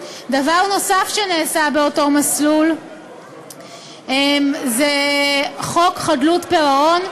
דבר נוסף שנעשה באותו מסלול זה חוק חדלות פירעון,